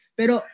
pero